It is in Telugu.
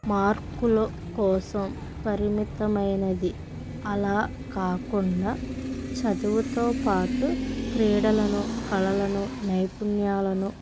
మార్కుల కోసం పరిమితమైనది అలా కాకుండా చదువుతో పాటు క్రీడలను కళలను నైపుణ్యాలను